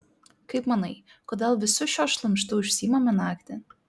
kaip manai kodėl visu šiuo šlamštu užsiimame naktį